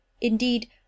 Indeed